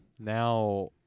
now